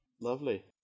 Lovely